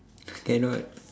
eh not